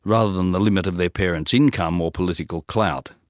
rather than the limit of their parents' income or political clout.